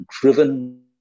driven